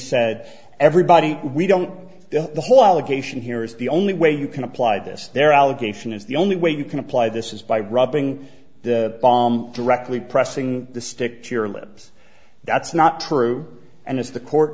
said everybody we don't know the whole allegation here is the only way you can apply this there allegation is the only way you can apply this is by rubbing the bomb directly pressing the stick to your lips that's not true and it's the court